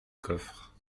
coffre